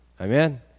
Amen